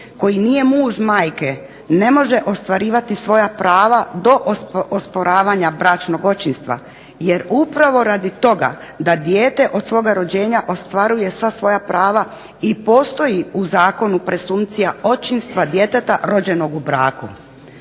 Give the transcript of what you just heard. koji nije muž majke, ne može ostvarivati svoja prava do osporavanja bračnog očinstva jer upravo radi toga da dijete od svoga rođenja ostvaruje sva svoja prava i postoji u Zakonu presumcija očinstva djeteta rođenog u braku.